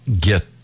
get